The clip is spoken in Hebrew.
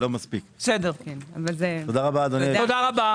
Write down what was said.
תודה רבה.